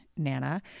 Nana